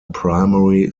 primary